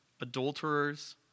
adulterers